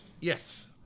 Yes